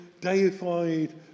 deified